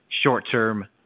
short-term